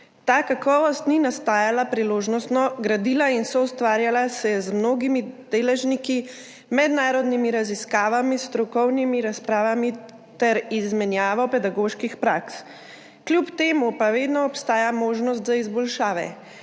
Ta kakovost ni nastajala priložnostno – gradila in soustvarjala se je z mnogimi deležniki, mednarodnimi raziskavami, strokovnimi razpravami ter izmenjavo pedagoških praks. Kljub temu pa vedno obstaja možnost za izboljšave.